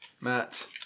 Matt